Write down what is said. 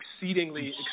exceedingly